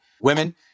women